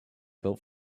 built